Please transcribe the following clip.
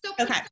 Okay